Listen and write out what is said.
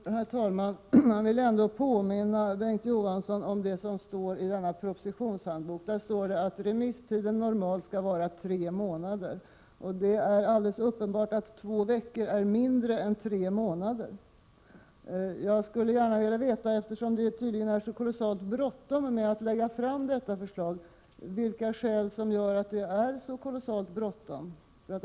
Herr talman! Jag vill ändå påminna Bengt K Å Johansson om vad som står i den här propositionshandboken. Där står det att remisstiden normalt skall vara tre månader, och det är alldeles uppenbart att två veckor är en kortare tid än tre månader. Jag skulle gärna vilja veta, eftersom det tydligen är så kolossalt bråttom med att lägga fram detta förslag, vilka skälen är som gör att det är så kolossalt bråttom.